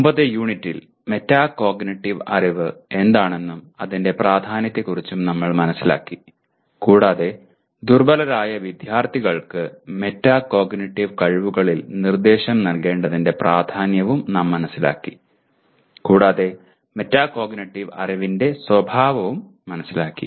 മുമ്പത്തെ യൂണിറ്റിൽ മെറ്റാകോഗ്നിറ്റീവ് അറിവ് എന്താണെന്നും അതിന്റെ പ്രാധാന്യത്തെക്കുറിച്ചും നമ്മൾ മനസ്സിലാക്കി കൂടാതെ ദുർബലരായ വിദ്യാർത്ഥികൾക്ക് മെറ്റാകോഗ്നിറ്റീവ് കഴിവുകളിൽ നിർദ്ദേശം നൽകേണ്ടതിന്റെ പ്രാധാന്യവും നാം മനസ്സിലാക്കി കൂടാതെ മെറ്റാകോഗ്നിറ്റീവ് അറിവിന്റെ സ്വഭാവവും മനസ്സിലാക്കി